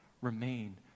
remain